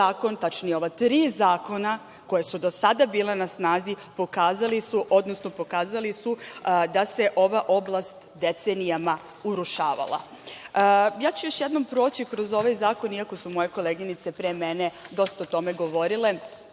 tačnije ova tri zakona koja su do sada bila na snazi, pokazali su, odnosno pokazali su da se ova oblast decenijama urušavala. Ja ću još jednom proći kroz ovaj zakon iako su moje koleginice pre mene dosta o tome govorile.